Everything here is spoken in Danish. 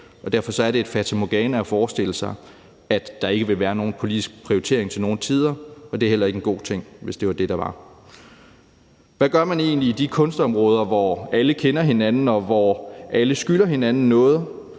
derfor er det et fatamorgana at forestille sig, at der ikke være nogen politisk prioritering til nogen tider, og det er heller ikke en god ting, hvis det var sådan. Hvad gør man egentlig på de kunstområder, hvor alle kender hinanden, og hvor alle skylder hinanden noget,